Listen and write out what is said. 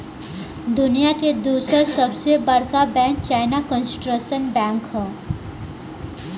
दुनिया के दूसर सबसे बड़का बैंक चाइना कंस्ट्रक्शन बैंक ह